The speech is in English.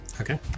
Okay